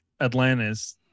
Atlantis